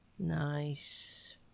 Nice